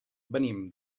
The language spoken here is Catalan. venim